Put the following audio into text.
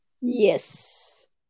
Yes